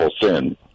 sin